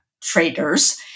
traders